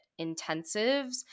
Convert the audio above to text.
intensives